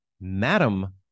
Madam